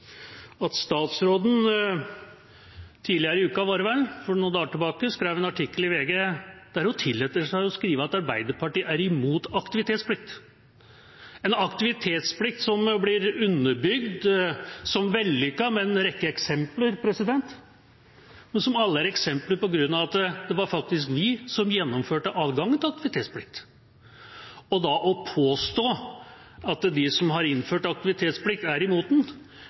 at statsråden tidligere i uka, for noen dager tilbake, i en artikkel i VG tillot seg å skrive at Arbeiderpartiet er imot aktivitetsplikt – en aktivitetsplikt som blir underbygd som vellykket med en rekke eksempler, som alle er eksempler på grunn av at vi faktisk gjennomførte adgangen til aktivitetsplikt. Da å påstå at de som har innført aktivitetsplikt, er imot det, er ganske drøyt. Det hører vel med til kuriositeten i den